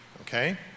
okay